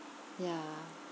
ya